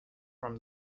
from